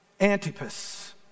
Antipas